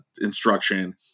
instruction